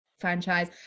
franchise